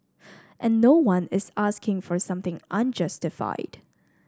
and no one is asking for something unjustified